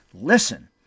Listen